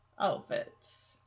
outfits